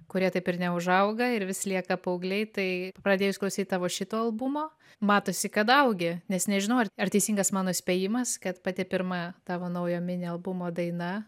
kurie taip ir neužauga ir vis lieka paaugliai tai pradėjus klausyt tavo šito albumo matosi kad augi nes nežinau ar ar teisingas mano spėjimas kad pati pirma tavo naujo mini albumo daina